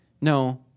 no